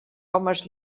homes